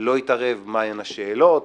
לא יתערב מהן השאלות,